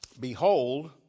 behold